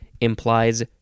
implies